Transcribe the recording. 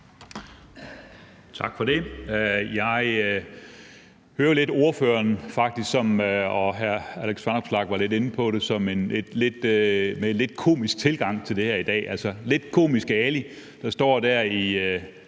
Tak for det. Jeg hører faktisk ordføreren, og hr. Alex Vanopslagh var lidt inde på det, være lidt komisk i det her i dag – lidt som komiske Ali, der står der i